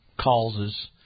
causes